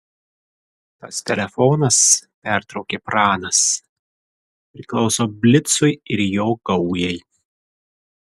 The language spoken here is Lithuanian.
tas telefonas pertraukė pranas priklauso blicui ir jo gaujai